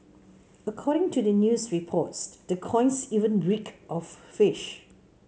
according to the news reports the coins even reeked of fish